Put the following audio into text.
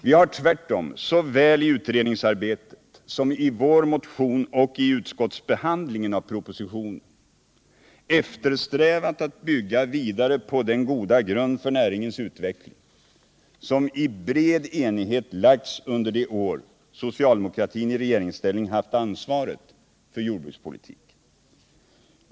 Vi har tvärtom såväl i utredningsarbetet som i vår motion och i utskottsbehandlingen av propositionen eftersträvat att bygga vidare på den goda grund för näringens utveckling som i bred enighet lagts under de år socialdemokratin i regeringsställning haft ansvaret för jordbrukspolitiken.